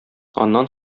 аннан